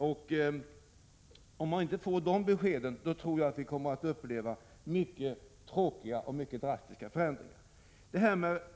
Om man inte får dessa besked tror jag att vi kommer att få uppleva mycket tråkiga och drastiska förändringar.